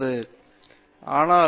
பேராசிரியர் பிரதாப் ஹரிதாஸ் சரி